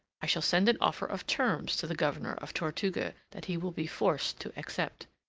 i shall send an offer of terms to the governor of tortuga that he will be forced to accept.